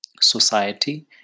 society